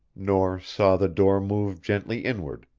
nor saw the door move gently inward,